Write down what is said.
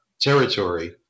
territory